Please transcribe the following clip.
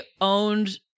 owned